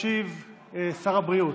ישיב שר הבריאות.